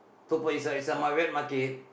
Toa-Payoh it's a it's a wet market